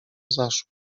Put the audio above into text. zaszło